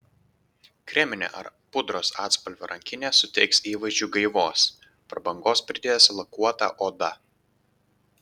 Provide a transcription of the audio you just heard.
kreminė ar pudros atspalvio rankinė suteiks įvaizdžiui gaivos prabangos pridės lakuota oda